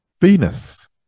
Venus